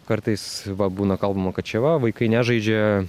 kartais va būna kalbama kad čia va vaikai nežaidžia